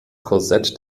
korsett